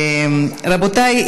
רבותי,